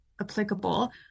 applicable